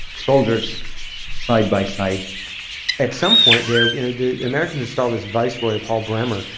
soldiers side by side at some point, there you know the americans install this viceroy, paul bremmer,